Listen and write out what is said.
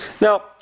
Now